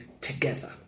together